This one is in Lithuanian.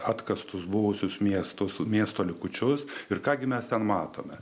atkastus buvusius miesto su miestu likučius ir ką gi mes ten matome